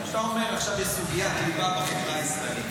אתה אומר שעכשיו יש סוגיית ליבה בחברה הישראלית.